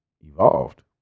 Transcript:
evolved